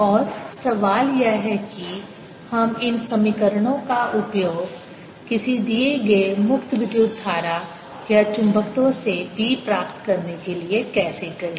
और सवाल यह है कि हम इन समीकरणों का उपयोग किसी दिए गए मुक्त विद्युत धारा या चुंबकत्व से B प्राप्त करने के लिए कैसे करें